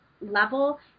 level